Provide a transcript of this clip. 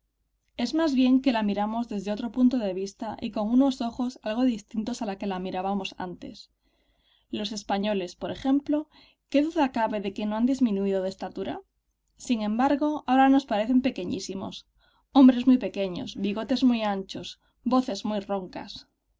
es más bien que la miramos desde otro punto de vista y con unos ojos algo distintos a como la mirábamos antes los españoles por ejemplo qué duda cabe de que no han disminuido de estatura sin embargo ahora nos parecen pequeñísimos hombres muy pequeños bigotes muy anchos voces muy roncas